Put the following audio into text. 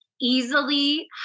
easily